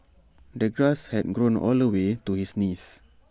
the grass had grown all the way to his knees